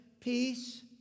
peace